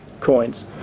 coins